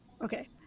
okay